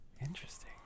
Interesting